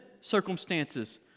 circumstances